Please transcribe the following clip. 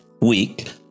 week